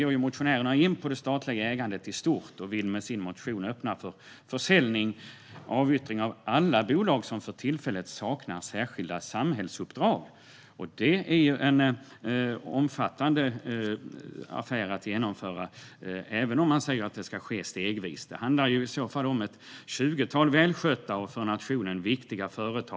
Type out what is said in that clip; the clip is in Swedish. Här går motionärerna in på det statliga ägandet i stort och vill med sin motion öppna för försäljning eller avyttring av alla bolag som för tillfället saknar särskilda samhällsuppdrag. Det är en omfattande affär att genomföra, även om man säger att det ska ske stegvis. Det handlar i så fall om ett tjugotal välskötta och för nationen viktiga företag.